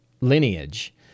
lineage